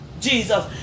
Jesus